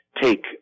take